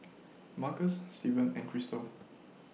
Marcus Steven and Chrystal